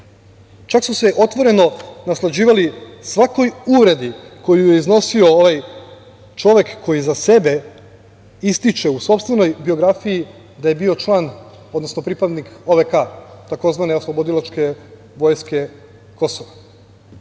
Čak su se otvoreno naslađivali svakoj uvredi koju je iznosio onaj čovek koji za sebe ističe u sopstvenoj biografiji da je bio pripadnik OVK, tzv. oslobodilačke vojske Kosova. Dakle,